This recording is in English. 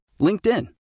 LinkedIn